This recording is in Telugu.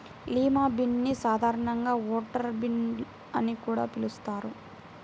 లిమా బీన్ ని సాధారణంగా బటర్ బీన్ అని కూడా పిలుస్తారు